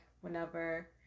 whenever